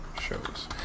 shows